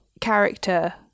character